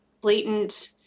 blatant